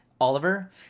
Oliver